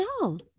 no